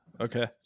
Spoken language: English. Okay